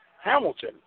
Hamilton